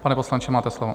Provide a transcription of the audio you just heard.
Pan poslanče, máte slovo.